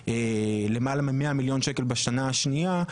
ולמעלה מ-100 מיליון שקלים בשנה השניה,